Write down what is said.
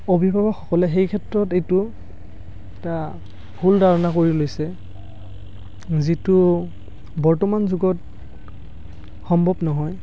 অভিভাৱকসকলে সেই ক্ষেত্ৰত এইটো এটা ভুল ধাৰণা কৰি লৈছে যিটো বৰ্তমান যুগত সম্ভৱ নহয়